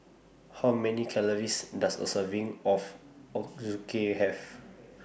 How Many Calories Does A Serving of Ochazuke Have